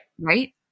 Right